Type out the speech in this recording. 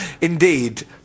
Indeed